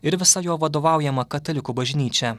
ir visa jo vadovaujama katalikų bažnyčia